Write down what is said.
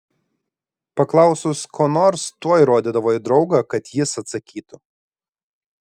paklausus ko nors tuoj rodydavo į draugą kad jis atsakytų